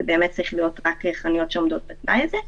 אלה צריכות להיות רק חנויות שעומדות בתנאי הזה.